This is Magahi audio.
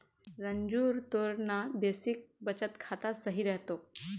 रंजूर तोर ना बेसिक बचत खाता सही रह तोक